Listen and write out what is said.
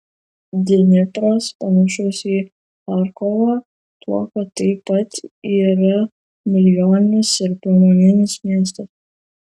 dnipras panašus į charkovą tuo kad taip pat yra milijoninis ir pramoninis miestas